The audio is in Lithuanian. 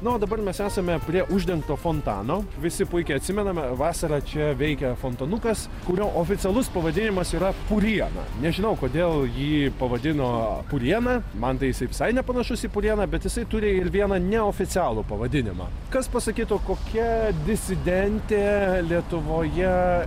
na o dabar mes esame prie uždengto fontano visi puikiai atsimename vasarą čia veikia fontanukas kurio oficialus pavadinimas yra puriena nežinau kodėl jį pavadino puriena man tai jisai visai nepanašus į purieną bet jisai turi ir vieną neoficialų pavadinimą kas pasakytų kokia disidentė lietuvoje